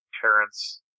parents